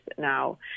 now